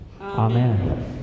Amen